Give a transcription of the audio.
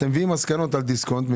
ואתם מביאים מסקנות על דיסקונט.